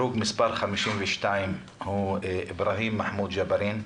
הרוג מס' 52 הוא אבראהים מחמוד ג'בארין,